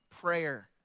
prayer